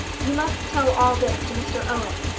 you must tell all this to mr owen.